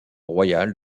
royal